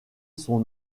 son